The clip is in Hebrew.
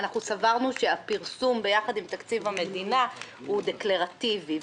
אנחנו סברנו שהפרסום ביחד עם תקציב המדינה הוא דקלרטיבי.